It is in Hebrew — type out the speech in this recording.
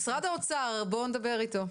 משרד האוצר, בואו נדבר איתו.